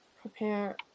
prepare